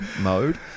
mode